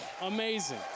Amazing